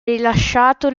rilasciato